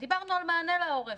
ודיברנו על מענה לעורף.